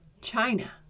China